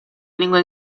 lingua